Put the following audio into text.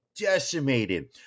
decimated